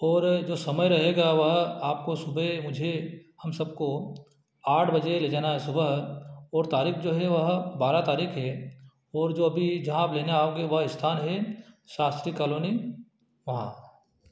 और जो समय रहेगा वह आपको सुबह मुझे हम सबको आठ बजे ले जाना है सुबह और तारीख़ जो है वह बारह तारीख़ है और जो अभी जहाँ आप लेने आओगे वह स्थान है शास्त्री कालोनी हाँ